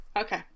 okay